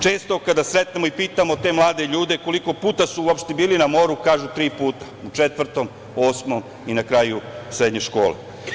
Često kada sretnemo i pitamo te mlade ljude koliko puta su uopšte bili na moru oni kažu tri puta, u četvrtom, osmom i na kraju srednje škole.